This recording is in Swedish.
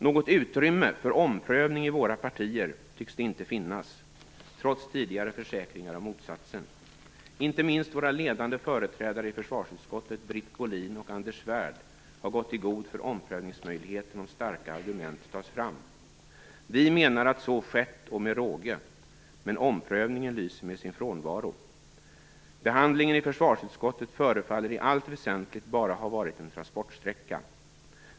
"Något utrymme för omprövning i våra partier tycks det inte finnas, trots tidigare försäkringar om motsatsen. Inte minst våra ledande företrädare i försvarsutskottet Britt Bohlin och Anders Svärd har gått i god för omprövningsmöjligheten om starka argument tas fram. Vi menar att så skett och med råge. Men omprövningen lyser med sin frånvaro. Behandlingen i försvarsutskottet förefaller i allt väsentligt bara ha varit en transportsträcka.